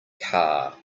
car